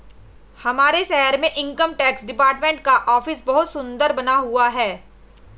हमारे शहर में इनकम टैक्स डिपार्टमेंट का ऑफिस बहुत सुन्दर बना हुआ है